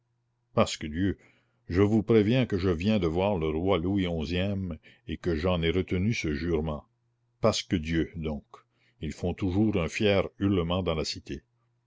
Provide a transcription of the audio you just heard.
pasque dieu je vous préviens que je viens de voir le roi louis onzième et que j'en ai retenu ce jurement pasque dieu donc ils font toujours un fier hurlement dans la cité